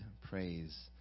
Praise